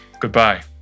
goodbye